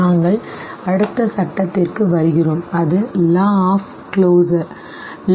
நாங்கள் அடுத்த சட்டத்திற்கு வருகிறோம் அது law of closure